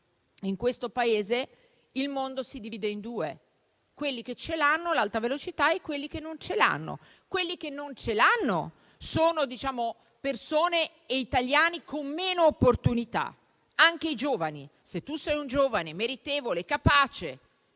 In questo Paese il mondo si divide in due: quelli che hanno l'Alta velocità e quelli che non ce l'hanno. Quelli che non ce l'hanno sono italiani con meno opportunità, compresi i giovani. Se tu sei un giovane meritevole, capace